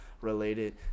related